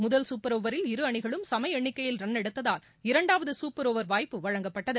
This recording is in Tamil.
முதல் சூப்பர் ஓவரில் இரு அணிகளும் சம எண்ணிக்கையில் ரன் எடுத்ததால் இரண்டாவது சூப்பர் ஓவர் வாய்ப்பு வழங்கப்பட்டது